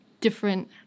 different